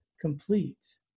complete